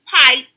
pipe